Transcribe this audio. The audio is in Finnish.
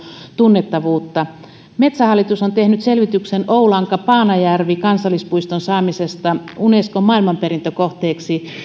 tunnettavuutta metsähallitus on tehnyt selvityksen oulanka paanajärvi kansallispuiston saamisesta unescon maailmanperintökohteeksi